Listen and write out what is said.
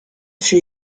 fut